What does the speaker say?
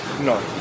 No